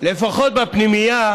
בפנימייה